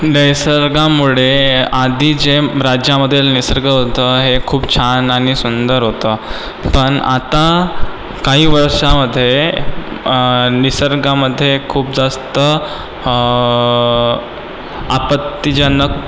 निसर्गामुळे आधी जे राज्यामधील निसर्ग होतं हे खूप छान आणि सुंदर होतं पण आता काही वर्षामध्ये निसर्गामध्ये खूप जास्त आपत्तिजनक